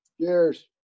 Cheers